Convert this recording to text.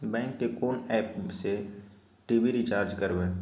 Bank के कोन app से टी.वी रिचार्ज करबे?